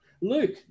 Luke